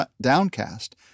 downcast